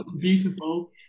beautiful